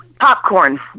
popcorn